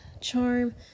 charm